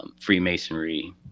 Freemasonry